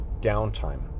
downtime